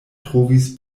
trovis